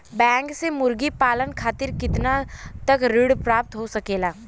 Bank से मुर्गी पालन खातिर कितना तक ऋण प्राप्त हो सकेला?